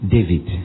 David